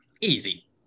Easy